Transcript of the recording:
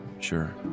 Sure